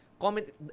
Comment